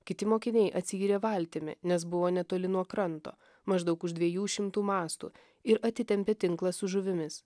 kiti mokiniai atsiyrė valtimi nes buvo netoli nuo kranto maždaug už dviejų šimtų mastų ir atitempė tinklą su žuvimis